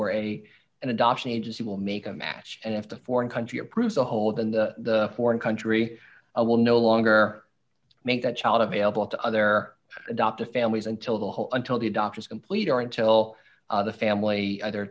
where a an adoption agency will make a match and if the foreign country approves the whole then the foreign country will no longer make that child available to other adoptive families until the whole until the doctor is complete or until the family either